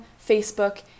Facebook